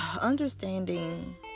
understanding